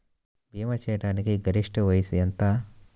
భీమా చేయాటానికి గరిష్ట వయస్సు ఎంత?